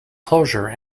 closure